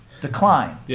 decline